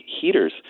heaters